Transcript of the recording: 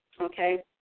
okay